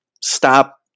stop